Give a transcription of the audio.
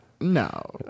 No